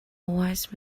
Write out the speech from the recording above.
wise